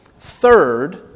Third